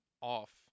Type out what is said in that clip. off